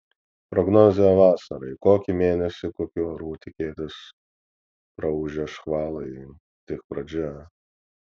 prognozė vasarai kokį mėnesį kokių orų tikėtis praūžę škvalai tik pradžia